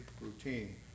routine